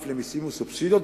לפני מסים וסובסידיות,